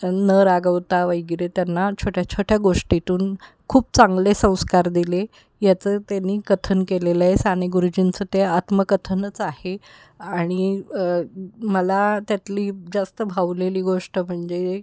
न रागवता वगेरे त्यांना छोट्या छोट्या गोष्टीतून खूप चांगले संस्कार दिले याचं त्यानी कथन केलेलंय साने गुरुजींचं ते आत्मकथनच आहे आणि मला त्यातली जास्त भावलेली गोष्ट म्हणजे